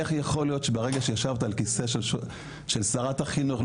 איך יכול להיות שברגע שישבת על כיסא של שרת החינוך,